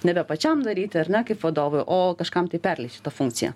nebe pačiam daryti ar ne kaip vadovui o kažkam tai perleist šitą funkciją